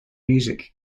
music